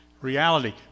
Reality